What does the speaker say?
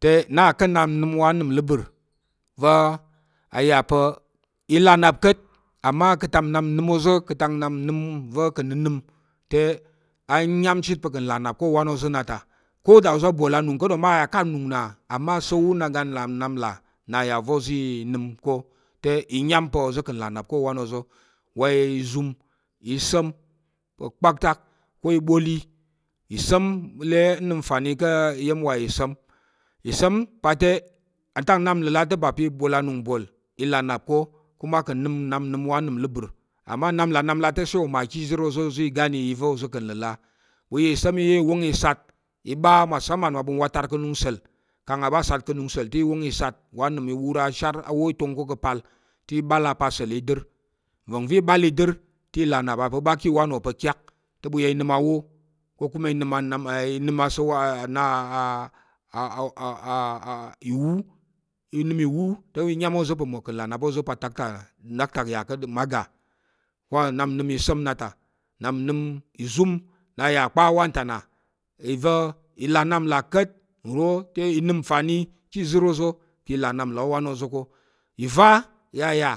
te, na ká̱ nnap nnəm wa anəmləbər va̱ i là np ka̱t amma ka̱ atak nnap nnəm oza̱ ka̱ atak nnap nnəm va̱ ka̱ nnənəm te ayam chit pa̱ ka̱ nlà nnap ká̱ owan oza̱ na ta, ko da oza̱ a bol anung ka̱t oma yà ká̱ anung nna amma asa̱l- wu oga là nnap nlà nna yà va̱ oza̱ i nəm ko, te i nyam pa̱ oza̱ ka̱ là nnap ká̱ owan oza̱, wa ìzum, ìsa̱m, pa̱ kpaktak ko iboli, ìsa̱m le i nəm nfani ka̱ iya̱m wa ìsa̱m, ìsa̱m pa te, ka̱ atak nnap nləlà te ba pa̱ i bol anung bol i là nnap ko, kuma ka̱ nəm nap nəm wa anəmləbər, ama nnap nləlà te oma ka̱ ìzər oza̱ i gane iva ̱ oza̱ ka̱ nləlà ɓu ya ìsa̱m iya i wong i sat i ɓa masamam mmaɓu ka̱ nwatar ka̱ anung asa̱l kang a ɓa sat ka̱ anung sa̱l te i wong i sat wa anəm i wur ashar awoi tong ká̱ ka̱ apal te i ɓal apal asa̱l i dər nva̱ngva̱ i ɓal i dər te i là nnap a yà pa̱ ɓa ká̱ owan wò pa̱ kyak i nəm awo ko kuma i nəm asa̱l- wu wa ìwu, nəm ìwu te i yam oza̱ pa̱ atak ta nɗaktak yà ka̱t mma ga, nnap nnəm ìsa̱m nna ta, nnap nnəm ìzum nna yà kpa wan ta na i va̱ i là nnap nlà ka̱t nnəm nfani ká̱ ìzər oza̱ kang i là nnap owan oza̱ ko ìva iya yà